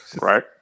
Right